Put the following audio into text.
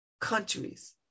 countries